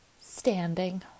standing